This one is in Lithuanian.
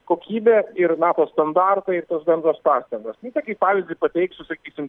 kokybė ir nato standartai ir tos bendros pastangos nu tokį pavyzdį pateiksiu sakysim